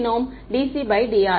மாணவர் dc by d r